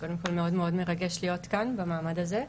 קודם כל מאוד מרגש להיות כאן במעמד הזה.